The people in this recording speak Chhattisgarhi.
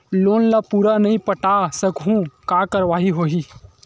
लोन ला पूरा नई पटा सकहुं का कारवाही होही?